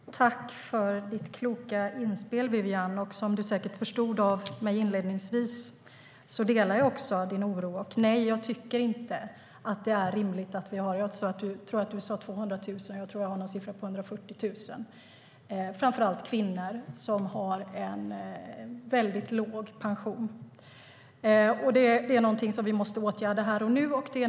STYLEREF Kantrubrik \* MERGEFORMAT Svar på interpellationerFru talman! Tack för ditt kloka inspel, Wiwi-Anne! Som du säkert förstod av mitt förra inlägg delar jag din oro. Nej, jag tycker inte att det är rimligt att vi har 200 000 - jag tror att du sade det; jag har en siffra på 140 000 - framför allt kvinnor som har en väldigt låg pension. Det måste vi åtgärda nu.